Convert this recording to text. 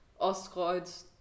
Ostkreuz